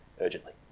Urgently